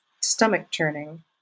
stomach-churning